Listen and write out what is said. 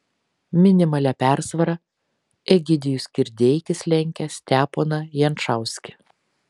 minimalia persvara egidijus kirdeikis lenkia steponą jančauskį